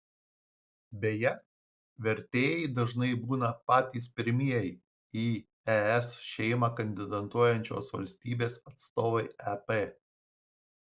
beje vertėjai dažnai būna patys pirmieji į es šeimą kandidatuojančios valstybės atstovai ep